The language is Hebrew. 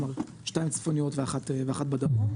כלומר, שתיים צפוניות ואחת בדרום.